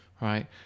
right